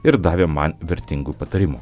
ir davė man vertingų patarimų